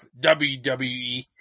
WWE